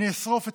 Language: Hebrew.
אני אשרוף אתכם,